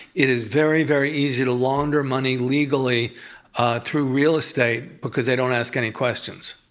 it is very, very easy to launder money legally through real estate because they don't ask any questions.